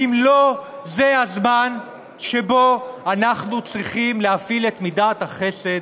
האם לא זה הזמן שבו אנחנו צריכים להפעיל את מידת החסד?